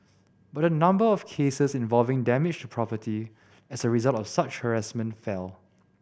but the number of cases involving damage to property as a result of such harassment fell